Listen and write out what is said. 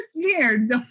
scared